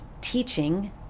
teaching